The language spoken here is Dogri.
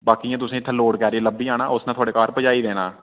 बाकी इयां तुसें इत्थै लोड कैरियर लब्भी जाना उसनै थुआड़े घर पजाई देना